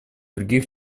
других